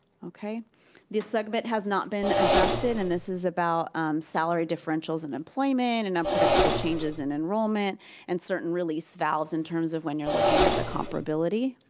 this segment has not been adjusted and this is about salary differentials and employment and unpredictable changes and enrollment and certain release valves in terms of when you're looking at the comparability.